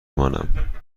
مانم